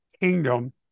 kingdom